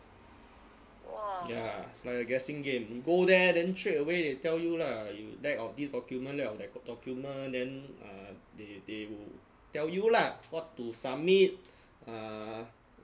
ya it's like a guessing game you go there then straight away they tell you lah you lack of this document lack of that document then err they they tell you lah what to submit ah